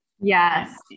Yes